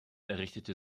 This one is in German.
errichtete